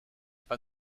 pas